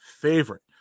favorite